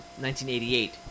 1988